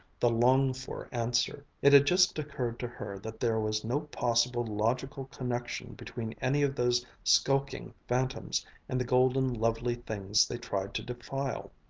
the longed-for answer. it had just occurred to her that there was no possible logical connection between any of those skulking phantoms and the golden lovely things they tried to defile.